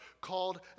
called